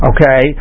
Okay